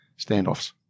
standoffs